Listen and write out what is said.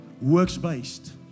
works-based